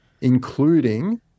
including